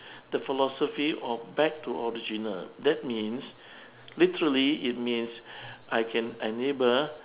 the philosophy of back to original that means literally it means I can enable